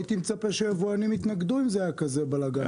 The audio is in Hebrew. הייתי מצפה שהיבואנים יתנגדו אם זה היה כזה בלגן.